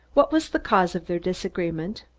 what was the cause of their disagreement?